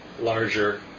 larger